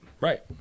Right